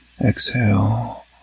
Exhale